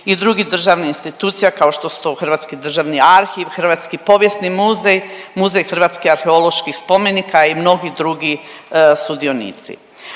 i drugih državnih institucija kao što su to Hrvatski državni arhiv, Hrvatski povijesni muzej, Muzej hrvatskih arheoloških spomenika i mnogi drugi sudionici.